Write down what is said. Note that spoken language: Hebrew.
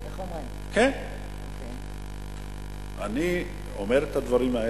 כך אומרים.